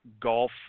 golf